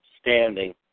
standing